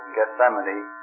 Gethsemane